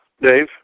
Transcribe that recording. Dave